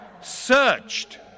searched